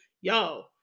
yo